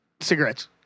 Cigarettes